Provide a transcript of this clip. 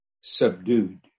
Subdued